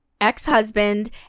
ex-husband